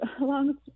long